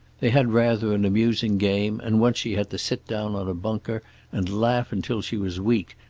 they had rather an amusing game and once she had to sit down on a bunker and laugh until she was weak,